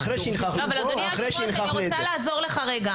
אחרי שהנכחנו את זה --- לא,